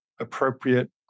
appropriate